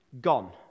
Gone